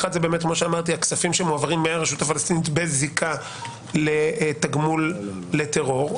אחד זה הכספים שמועברים מהרשות הפלסטינית בזיקה לתגמול לטרור,